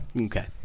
Okay